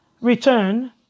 return